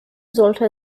sollte